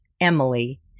Emily